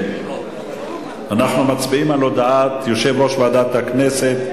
אנחנו מצביעים על הודעת יושב-ראש ועדת הכנסת.